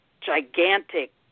gigantic